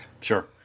Sure